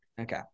Okay